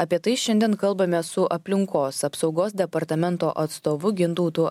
apie tai šiandien kalbame su aplinkos apsaugos departamento atstovu gintautu